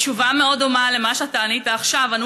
תשובה מאוד דומה למה שאתה ענית עכשיו ענו